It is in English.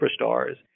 superstars